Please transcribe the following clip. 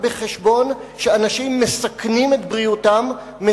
בחשבון שאנשים מסכנים את בריאותם,